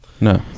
No